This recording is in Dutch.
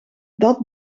dat